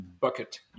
bucket